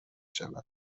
شود